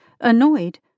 annoyed